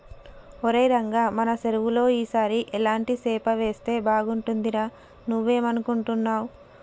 ఒరై రంగ మన సెరువులో ఈ సారి ఎలాంటి సేప వేస్తే బాగుంటుందిరా నువ్వేం అనుకుంటున్నావ్